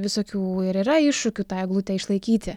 visokių ir yra iššūkių tą eglutę išlaikyti